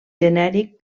genèric